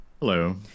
Hello